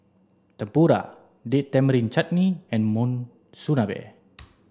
Tempura Date Tamarind Chutney and Monsunabe